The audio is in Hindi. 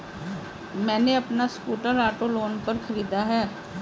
मैने अपना स्कूटर ऑटो लोन पर खरीदा है